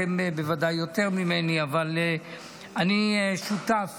אתם בוודאי יותר ממני אבל אני שותף